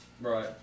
right